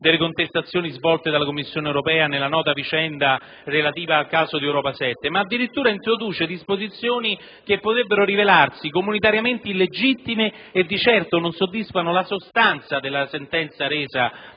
delle contestazioni svolte dalla Commissione europea nella nota vicenda relativa al caso di Europa 7, ma addirittura introduce disposizioni che potrebbero rivelarsi comunitariamente illegittime e di certo non soddisfano la sostanza della sentenza resa